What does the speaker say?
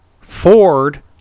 Ford